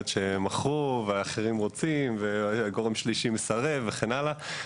שמכרו והאחרים רוצים וגורם שלישי מסרב וכן הלאה,